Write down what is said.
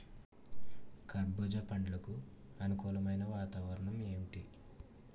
కర్బుజ పండ్లకు అనుకూలమైన వాతావరణం ఏంటి?